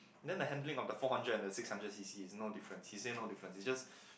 then the handling of the four hundred and the six hundred C_C is no difference he say no difference it's just